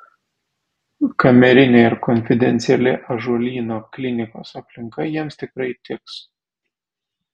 kamerinė ir konfidenciali ąžuolyno klinikos aplinka jiems tikrai tiks